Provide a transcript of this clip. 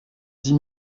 dix